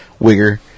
wigger